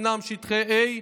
שאינם שטחי A,